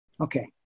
okay